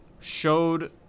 showed